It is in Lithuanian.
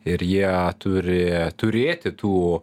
ir jie turi turėti tų